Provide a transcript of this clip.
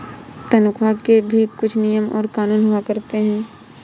तन्ख्वाह के भी कुछ नियम और कानून हुआ करते हैं